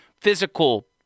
physical